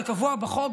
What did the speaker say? כקבוע בחוק,